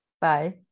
Bye